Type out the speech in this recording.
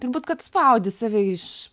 turbūt kad spaudi save iš